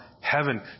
heaven